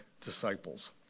disciples